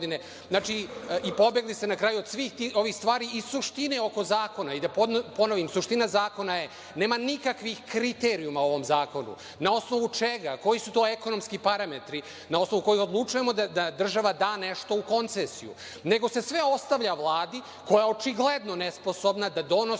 i pobegli ste na kraju od ovih stvari i suštine oko zakona, i da ponovim suština zakona je, nema nikakvih kriterijuma u ovom zakonu. Na osnovu čega, koji su to ekonomski parametri, na osnovu kojih odlučujemo da država da nešto u koncesiju, nego se sve ostavlja Vladi, koja je očigledno nesposobna da donosi